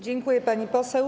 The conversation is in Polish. Dziękuję, pani poseł.